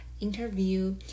interview